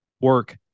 work